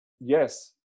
yes